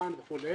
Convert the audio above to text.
מאן וכו'.